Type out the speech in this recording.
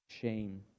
shame